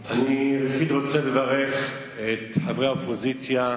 אני רוצה לברך את חברי האופוזיציה,